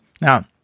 Now